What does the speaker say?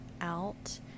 out